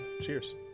cheers